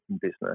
business